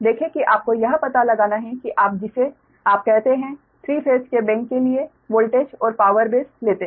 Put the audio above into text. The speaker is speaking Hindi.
देखें कि आपको यह पता लगाना है कि आप जिसे आप कहते हैं 3 फेस के बैंक के लिए वोल्टेज और पावर बेस लेते हैं